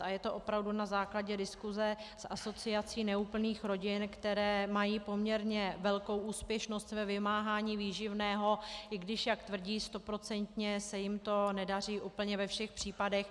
A je to opravdu na základě diskuse s Asociací neúplných rodin, které mají poměrně velkou úspěšnost ve vymáhání výživného, i když, jak tvrdí, stoprocentně se jim to nedaří úplně ve všech případech.